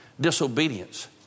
Disobedience